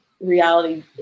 Reality